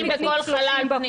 20 בכל חלל פנימי.